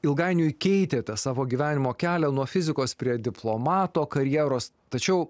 ilgainiui keitėte savo gyvenimo kelią nuo fizikos prie diplomato karjeros tačiau